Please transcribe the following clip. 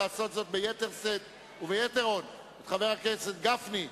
להצעות לסדר-היום שהגישו סיעת מרצ וסיעת קדימה בנושא התבטאויותיו של שר